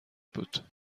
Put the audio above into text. بود